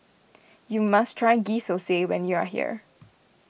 you must try Ghee Thosai when you are here